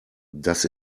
das